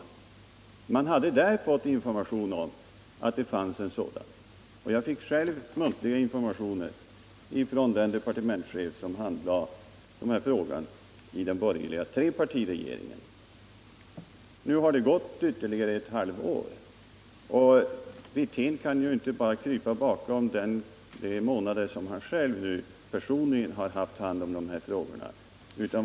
Utskottet hade fått information om att det fanns en proposition, och jag fick själv muntliga informationer från den departementschef i den borgerliga trepartiregeringen som handlade frågan. Nu har det gått ytterligare ett halvt år, och Rolf Wirtén kan ju inte krypa bakom det förhållandet att han själv haft hand om dessa frågor i departementet under bara några månader.